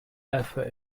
effort